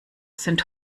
sind